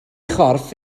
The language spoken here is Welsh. chorff